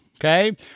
okay